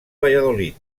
valladolid